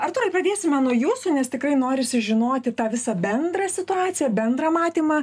artūrai pradėsime nuo jūsų nes tikrai norisi žinoti tą visą bendrą situaciją bendrą matymą